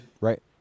Right